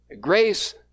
grace